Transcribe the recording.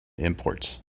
imports